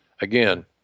again